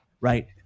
right